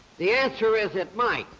the answer is it might.